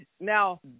Now